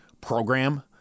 program